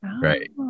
right